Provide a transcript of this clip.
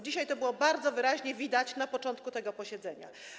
Dzisiaj to było bardzo wyraźnie widać na początku tego posiedzenia.